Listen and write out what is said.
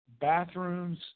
bathrooms